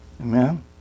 Amen